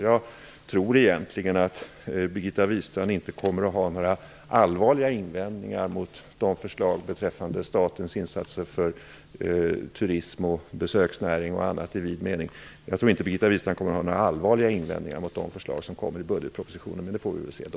Jag tror egentligen att Birgitta Wistrand inte kommer att ha några allvarliga invändningar mot de förslag som kommer i budgetpropositionen beträffande statens insatser för turism, besöksnäring och annat. Men det får vi väl se då.